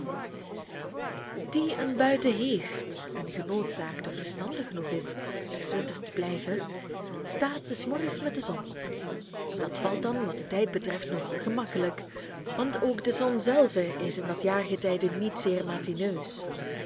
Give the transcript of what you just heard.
die een buiten heeft en genoodzaakt of verstandig genoeg is er s winters te blijven staat des morgens met de zon op dat valt dan wat den tijd betreft nog al gemakkelijk want ook de zon zelve is in dat jaargetijde niet zeer matineus